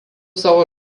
savo